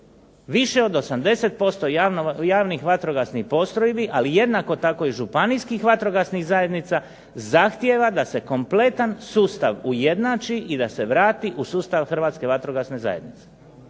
Više od 80% javnih vatrogasnih postrojbi, ali jednako tako i županijskih vatrogasnih zajednica, zahtjeva da se kompletan sustav ujednači i da se vrati u sustav Hrvatske vatrogasne zajednice.